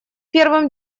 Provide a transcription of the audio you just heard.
первым